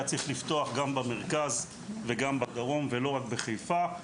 צריך לפתוח גם במרכז וגם בדרום ולא רק בחיפה.